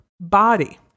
body